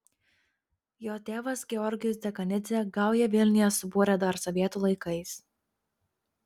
jo tėvas georgijus dekanidzė gaują vilniuje subūrė dar sovietų laikais